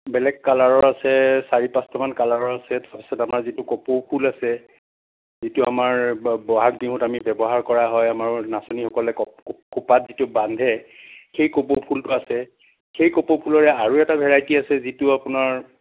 বেলেগ কালাৰৰ আছে চাৰি পাঁচটামান কালাৰৰ আছে তাৰপাছত আমাৰ যিটো কপৌ ফুল আছে যিটো আমাৰ ব'হাগ বিহুত আমাৰ ব্যৱহাৰ কৰা হয় আমাৰ নাচনীসকলে খোপাত যিটো বান্ধে সেই কপৌ ফুলটো আছে সেই কপৌ ফুলৰে আৰু এটা ভেৰাইটি আছে যিটো আপোনাৰ